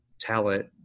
talent